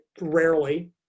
Rarely